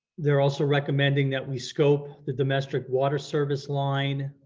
they're also recommending that we scope the domestic water service line,